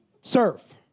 Serve